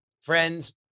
friends